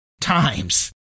times